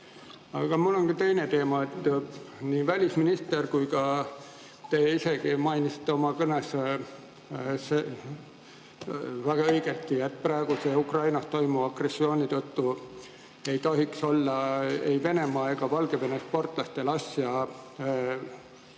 Aga mul on ka teine teema. Nii välisminister kui ka te ise mainisite oma kõnes väga õigesti, et praeguse Ukrainas toimuva agressiooni tõttu ei tohiks olla ei Venemaa ega Valgevene sportlastel asja maailmas